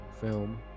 film